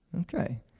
Okay